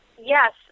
Yes